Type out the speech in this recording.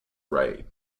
right